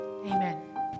Amen